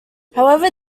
however